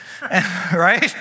Right